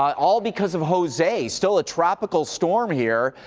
all because of jose. still a tropical storm here,